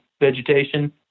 vegetation